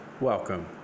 welcome